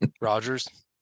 Rogers